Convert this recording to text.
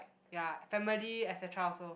ya family et cetera also